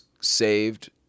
saved